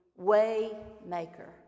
Waymaker